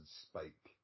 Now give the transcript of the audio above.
Spike